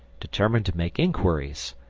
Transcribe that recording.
determined to make inquiries,